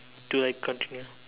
to like continue